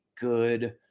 good